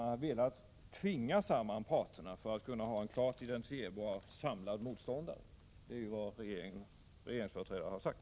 Man har velat tvinga samman parterna för att kunna ha en klart identifierbar, samlad motståndare — det är ju vad regeringsföreträdare har sagt.